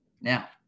now